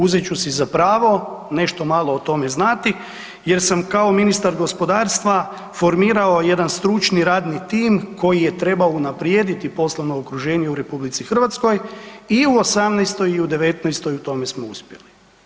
Uzet ću si za pravo nešto malo o tome znati jer sam kao ministar gospodarstva formirao jedan stručni radnim tim koji je trebao unaprijediti poslovno okruženje u RH i u 2018. i 2019. i u tome smo uspjeli.